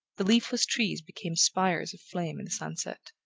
the leafless trees become spires of flame in the sunset,